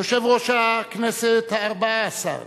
יושב-ראש הכנסת הארבע-עשרה